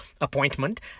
appointment